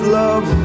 love